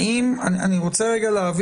(א)בסעיף 49 (1)אחרי סעיף קטן (א)